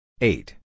eight